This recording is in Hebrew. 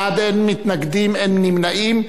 11 בעד, אין מתנגדים, אין נמנעים.